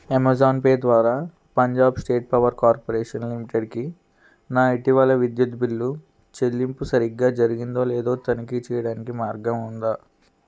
Amazon pay ద్వారా Punjab state power corporation లిమిటెడ్కి నా ఇటీవల విద్యుత్ బిల్లు చెల్లింపు సరిగ్గా జరిగిందో లేదో తనిఖీ చేయడానికి మార్గం ఉందా